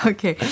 Okay